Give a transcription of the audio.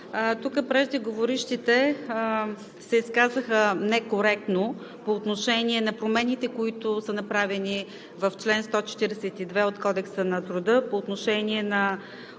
Преждеговорившите се изказаха некоректно за промените, които са направени в чл. 142 от Кодекса на труда по отношение на